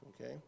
Okay